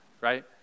right